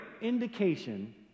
indication